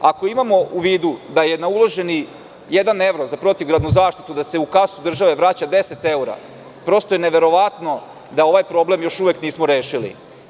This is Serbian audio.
Ako imamo u vidu da je na uloženi jedan evro za protivgradnu zaštitu da se u kasu države vraća 10 evra, prosto je neverovatno da ovaj problem još uvek nismo rešili.